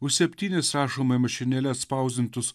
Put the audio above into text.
už septynis rašomai mašinėle atspausdintus